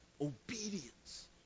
obedience